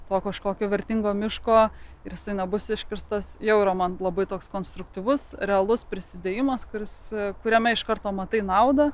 to kažkokio vertingo miško ir jisai nebus iškirstas jau man labai toks konstruktyvus realus prisidėjimas kurs kuriame iš karto matai naudą